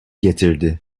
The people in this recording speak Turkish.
getirdi